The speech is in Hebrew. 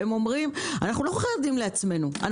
והם אומרים: אנחנו לא חייבים לעצמנו אלא